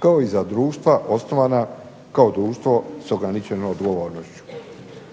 kao i za društva osnovana kao društvo sa ograničenom odgovornošću.